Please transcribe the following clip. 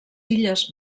illes